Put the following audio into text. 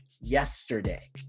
Yesterday